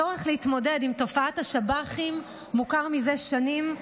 הצורך להתמודד עם תופעת השב"חים מוכר זה שנים.